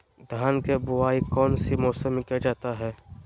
धान के बोआई कौन सी मौसम में किया जाता है?